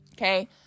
Okay